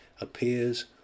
appears